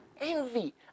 envy